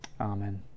amen